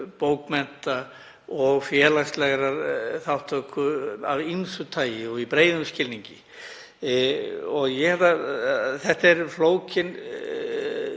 bókmennta og félagslegrar þátttöku af ýmsu tagi og í breiðum skilningi. Þetta er flókin